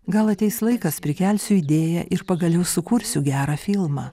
gal ateis laikas prikelsiu idėją ir pagaliau sukursiu gerą filmą